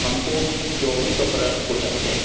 हमको चौबीस अप्रैल को चाहिए